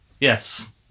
yes